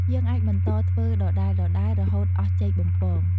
យើងអាចបន្តធ្វើដដែលៗ រហូតអស់ចេកបំពង។